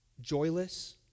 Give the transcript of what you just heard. joyless